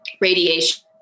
radiation